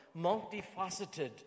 multifaceted